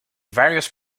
various